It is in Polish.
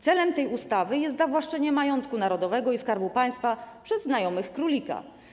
Celem tej ustawy jest zawłaszczenie majątku narodowego i Skarbu Państwa przez znajomych królika.